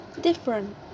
Different